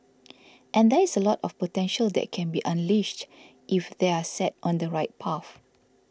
and there is a lot of potential that can be unleashed if they are set on the right path